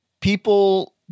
People